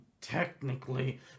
technically